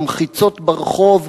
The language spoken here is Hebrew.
המחיצות ברחוב,